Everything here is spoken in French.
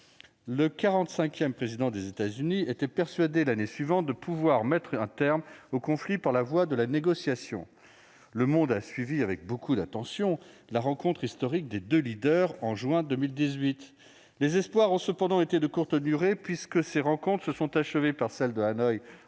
président des États-Unis a cru, l'année suivante, pouvoir mettre un terme au conflit par la voie de la négociation. Le monde a suivi avec beaucoup d'attention la rencontre historique des deux chefs d'État en juin 2018. Les espoirs ont cependant été de courte durée, puisque la série des rencontres s'est achevée par celle de Hanoï